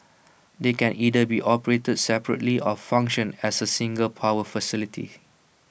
they can either be operated separately or function as A single power facility